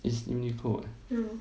is uniqlo [what]